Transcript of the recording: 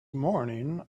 morning